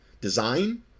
design